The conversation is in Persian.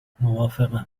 موافقم